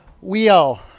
Wheel